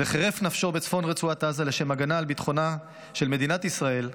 וחירף נפשו בצפון רצועת עזה לשם הגנה על ביטחונה של מדינת ישראל,